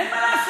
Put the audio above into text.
אין מה לעשות.